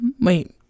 Wait